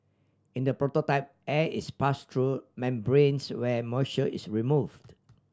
in the prototype air is pass through membranes where moisture is removed